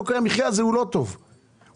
יוקר המחיה הזה לא טוב לממשלה,